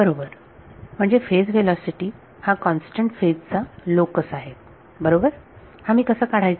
बरोबर म्हणजे phase velocity हा कॉन्स्टंट फेज चा लोकस आहे बरोबर हा मी कसा काढायचा